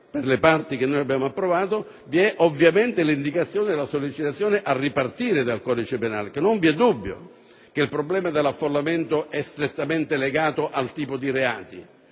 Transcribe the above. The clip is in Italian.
per le parti che abbiamo approvato, vi è ovviamente l'indicazione della sollecitazione a ripartire dal codice penale. Non vi è dubbio che il problema dell'affollamento è strettamente legato al tipo di reato